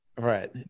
Right